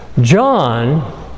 John